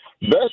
best